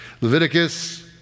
Leviticus